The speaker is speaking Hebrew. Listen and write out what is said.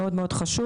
מאוד מאוד חשוב,